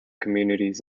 communities